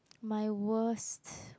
my worst